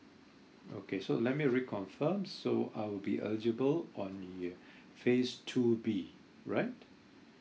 okay so let me reconfirm so I'll be eligible on the uh phase two B right